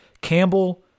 Campbell